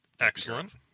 Excellent